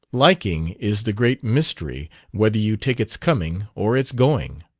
liking is the great mystery whether you take its coming or its going.